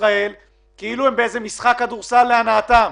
ישראל כאילו הם באיזה משחק כדורסל להנאתם.